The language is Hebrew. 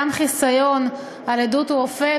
יש חיסיון על עדות רופא,